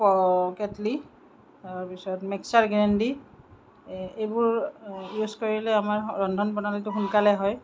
কেট্লি তাৰ পিছত mixer grinder এইবোৰ ইউজ কৰিলে আমাৰ ৰন্ধন প্ৰণালীটো সোনকালে হয়